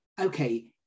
okay